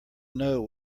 know